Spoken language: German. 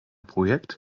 projekt